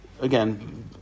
Again